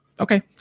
Okay